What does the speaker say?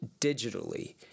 digitally